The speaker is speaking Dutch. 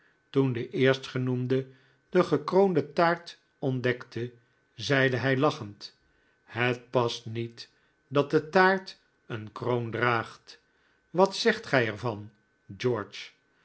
toen de eerstgenoemde de gekroonde taart ontdekte zeide hij lachend het past niet dat de taart eene kroon draagt wat zegt gij er van george